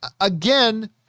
Again